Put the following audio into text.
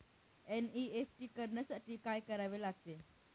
NEFT करण्यासाठी काय करावे लागते?